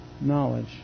knowledge